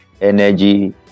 energy